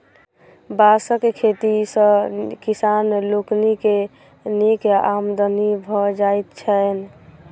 बाँसक खेती सॅ किसान लोकनि के नीक आमदनी भ जाइत छैन